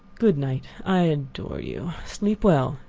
good night. i adore you. sleep well,